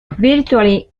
virtually